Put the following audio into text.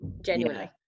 genuinely